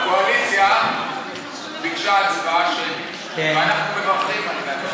הקואליציה ביקשה הצבעה שמית, ואנחנו מברכים על זה.